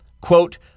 quote